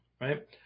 Right